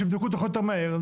שיבדקו דוחות יותר מהר.